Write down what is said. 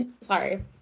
sorry